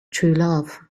truelove